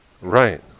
Right